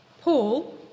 Paul